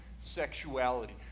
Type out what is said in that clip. sexuality